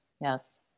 yes